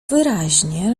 wyraźnie